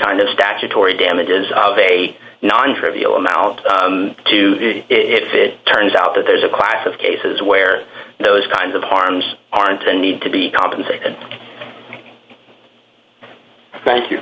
kind of statutory damages of a non trivial amount to see if it turns out that there's a class of cases where those kinds of harms aren't and need to be compensated thank you